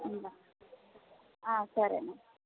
ఉంటా సరేనండి